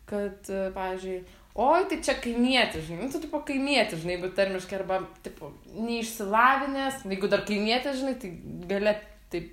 kad pavyzdžiui oi tai čia kaimietis žinai nu tu tipo kaimietis žinai jeigu tarmiškai arba tipo neišsilavinęs jeigu dar kaimietis žinai tai gali taip